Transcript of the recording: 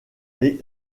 les